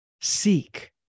seek